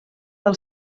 del